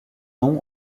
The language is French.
nom